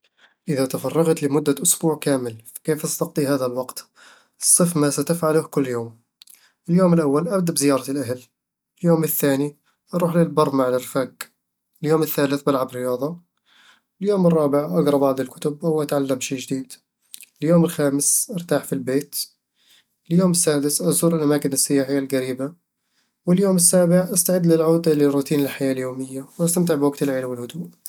إذا تفرغت لمدة أسبوع كامل، فكيف ستقضي هذا الوقت؟ صِف ما ستفعله كل يوم اليوم الأول: أبدأ بزيارة الأهل اليوم الثاني: أروح للبر مع الرفاق اليوم الثالث: بلعب رياضة اليوم الرابع: أقرأ بعض الكتب أو أتعلم شي جديد اليوم الخامس: أرتاح في البيت اليوم السادس: أزور الأماكن السياحية القريبة اليوم السابع: أستعد للعودة لروتين الحياة اليومية وأستمتع بوقت العيلة والهدوء